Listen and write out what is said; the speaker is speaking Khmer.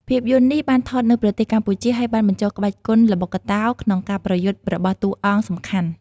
ភាពយន្តនេះបានថតនៅប្រទេសកម្ពុជា ហើយបានបញ្ចូលក្បាច់គុនល្បុក្កតោក្នុងការប្រយុទ្ធរបស់តួអង្គសំខាន់។